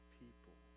people